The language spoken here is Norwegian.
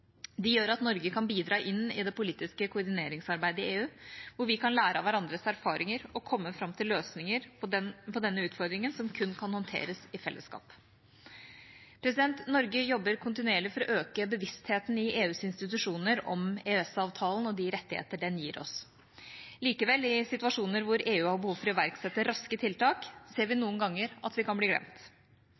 De gjør at Norge kan bidra inn i det politiske koordineringsarbeidet i EU, hvor vi kan lære av hverandres erfaringer og komme fram til løsninger på denne utfordringen som kun kan håndteres i fellesskap. Norge jobber kontinuerlig for å øke bevisstheten i EUs institusjoner om EØS-avtalen og de rettigheter den gir oss. Likevel, i situasjoner hvor EU har behov for å iverksette raske tiltak, ser vi noen ganger at vi kan bli glemt.